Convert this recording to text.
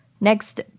Next